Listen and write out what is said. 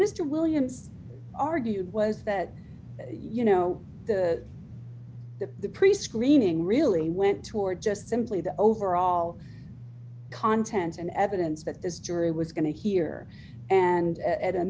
mr williams argued was that you know that the prescreening really went to or just simply the overall content and evidence that this jury was going to hear and at a